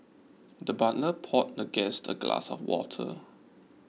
the butler poured the guest a glass of water